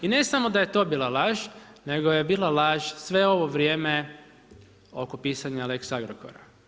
I ne samo da je to bila laž nego je bila laž sve ovo vrijeme oko pisanja lex Agrokora.